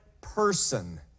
person